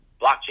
blockchain